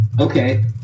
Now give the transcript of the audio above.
Okay